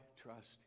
trust